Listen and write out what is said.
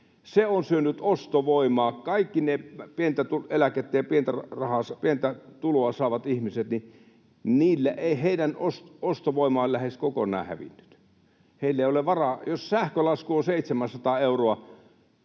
Se on syönyt ostovoimaa. Kaikkien niiden pientä eläkettä ja pientä tuloa saavien ihmisten ostovoima on lähes kokonaan hävinnyt. Heillä ei ole varaa. Jos pientä eläkettä